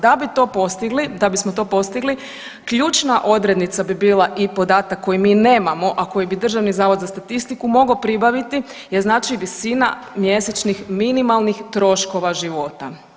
Da bi to postigli, da bismo to postigli ključna odrednica bi bila i podatak koji mi nemamo, a koji bi Državni zavod za statistiku mogao pribaviti je znači visina mjesečnih minimalnih troškova života.